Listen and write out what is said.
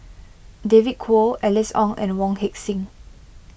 David Kwo Alice Ong and Wong Heck Sing